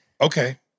Okay